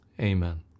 Amen